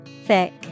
Thick